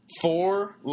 Four